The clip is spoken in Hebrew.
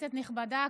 כנסת נכבדה,